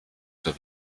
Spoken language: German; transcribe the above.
zur